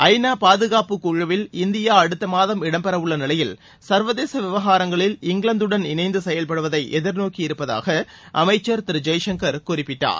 ஐ நா பாதுகாப்பு குழுவில் இந்தியா அடுத்த மாதம் இடம்பெறவுள்ள நிலையில் சர்வதேச விவகாரங்களில் இங்கிலாந்துடன் இணைந்து செயல்படுவதை எதிர்நோக்கியிருப்பதாக அமைச்சர் திரு ஜெய்சங்கர் குறிப்பிட்டார்